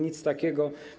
Nic takiego.